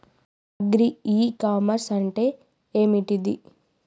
Agri e commerce అంటే ఏంటిది?